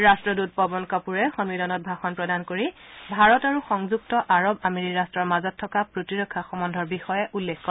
ৰাট্টদূত পৱন কপুৰে সমিলনত ভাষণ প্ৰদান কৰি ভাৰত আৰু সংযুক্ত আমেৰি ৰট্টৰ মাজত থকা প্ৰতিৰক্ষা সম্বন্ধৰ বিষয়েও উল্লেখ কৰে